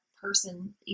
person